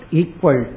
equal